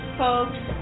folks